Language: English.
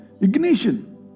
ignition